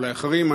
אולי אחרים,